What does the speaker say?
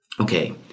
okay